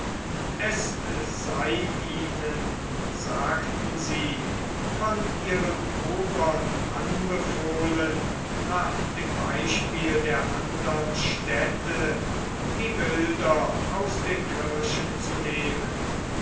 es sei ihnen sagten sie von ihren obern anbefohlen nach dem beispiel der andern städte die bilder ans den kirchen zu nehmen